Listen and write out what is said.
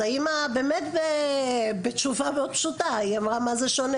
אז האמא באמת בתשובה מאוד פשוטה היא אמרה מה זה שונה,